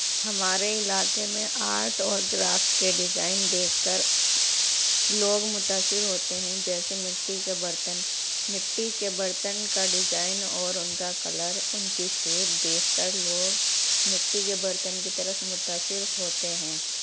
ہمارے علاقے میں آرٹ اور گرافٹ کے ڈیزائن دیکھ کر لوگ متاثر ہوتے ہیں جیسے مٹی کے برتن مٹی کے برتن کا ڈیزائن اور ان کا کلر ان کے شیپ دیکھ کر لوگ مٹی کے برتن کی طرف متاثر ہوتے ہیں